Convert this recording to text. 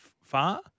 far